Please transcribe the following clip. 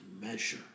measure